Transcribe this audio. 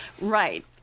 Right